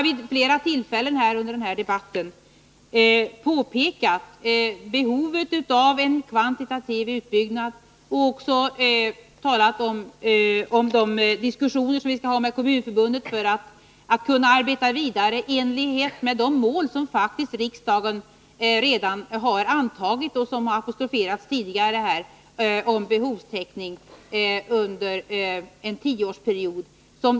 Vid flera tillfällen under den här debatten har jag påpekat behovet av en kvantitativ utbyggnad och talat om de diskussioner som vi skall ha med Kommunförbundet för att kunna arbeta vidare i enlighet med de mål som riksdagen redan har antagit om behovstäckning under en tioårsperiod.